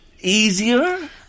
easier